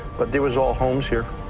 but there was all homes here.